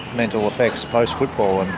mental effects post-football. i